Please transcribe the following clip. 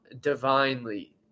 Divinely